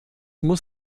muss